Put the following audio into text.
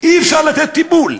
אי-אפשר לתת טיפול.